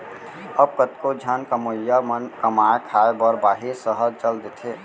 अब कतको झन कमवइया मन कमाए खाए बर बाहिर सहर चल देथे